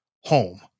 home